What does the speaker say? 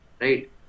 right